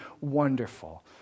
wonderful